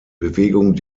bewegung